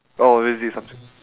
oh is it something